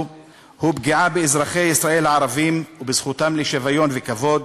הוא פגיעה באזרחי ישראל הערבים ובזכותם לשוויון וכבוד